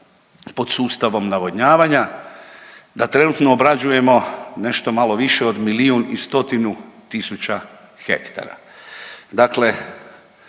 pod sustavom navodnjavanja, da trenutno obrađujemo nešto malo više od 1.100,000 hektara.